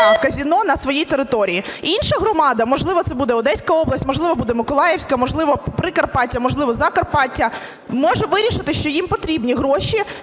казино на своїй території. Інша громада, можливо, це буде Одеська область, можливо, буде Миколаївська, можливо, Прикарпаття, можливо, Закарпаття може вирішити, що їм потрібні гроші